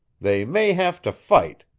they may have to fight.